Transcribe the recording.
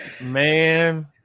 Man